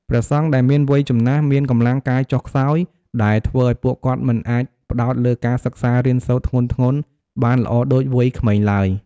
ព្រះសង្ឃដែលមានវ័យចំណាស់ មានកម្លាំងកាយចុះខ្សោយ ដែលធ្វើឱ្យពួកគាត់មិនអាចផ្តោតលើការសិក្សារៀនសូត្រធ្ងន់ៗបានល្អដូចវ័យក្មេងឡើយ។